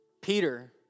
Peter